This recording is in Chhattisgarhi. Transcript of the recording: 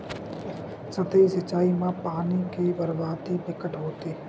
सतही सिचई म पानी के बरबादी बिकट होथे